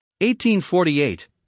1848